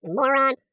moron